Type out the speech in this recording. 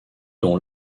dont